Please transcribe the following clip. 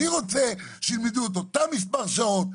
אני רוצה שילמדו את אותו מספר שעות,